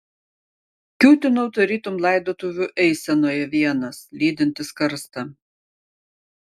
kiūtinau tarytum laidotuvių eisenoje vienas lydintis karstą